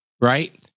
right